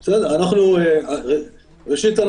ראשית,